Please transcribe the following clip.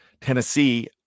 Tennessee